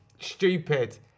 stupid